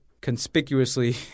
conspicuously